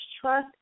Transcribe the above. trust